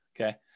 okay